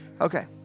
Okay